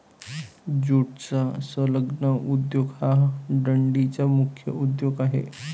ज्यूटचा संलग्न उद्योग हा डंडीचा मुख्य उद्योग आहे